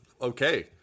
Okay